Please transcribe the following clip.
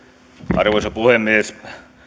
arvoisa puhemies